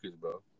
bro